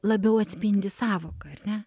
labiau atspindi sąvoką ar ne